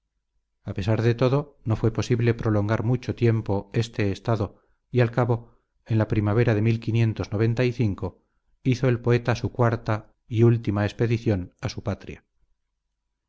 a pesar de todo no fue posible prolongar mucho tiempo este estado y al cabo en la primavera de hizo el poeta su cuarta y último expedición a su patria